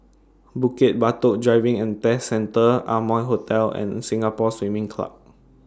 Bukit Batok Driving and Test Centre Amoy Hotel and Singapore Swimming Club